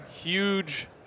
huge